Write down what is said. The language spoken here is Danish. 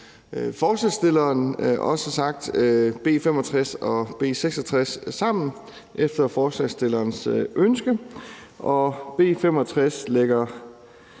forslagsstillerne også har sagt, B 65 og B 66 sammen efter forslagsstillernes ønske. B 65 pålægger